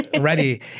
ready